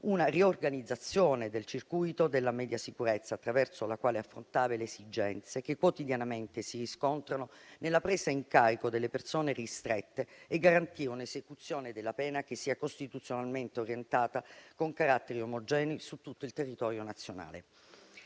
una riorganizzazione del circuito della media sicurezza, attraverso la quale affrontare le esigenze che quotidianamente si riscontrano nella presa in carico delle persone ristrette e garantire un'esecuzione della pena che sia costituzionalmente orientata, con caratteri omogenei su tutto il territorio nazionale.